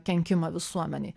kenkimą visuomenei